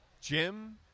Jim